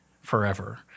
forever